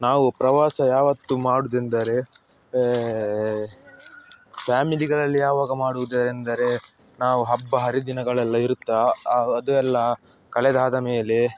ನಾವು ಪ್ರವಾಸ ಯಾವತ್ತು ಮಾಡೋದೆಂದರೆ ಫ್ಯಾಮಿಲಿಗಳಲ್ಲಿ ಯಾವಾಗ ಮಾಡುವುದೆಂದರೆ ನಾವು ಹಬ್ಬ ಹರಿದಿನಗಳೆಲ್ಲ ಇರುತ್ತಾ ಅದೆಲ್ಲ ಕಳೆದಾದ ಮೇಲೆ